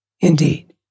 Indeed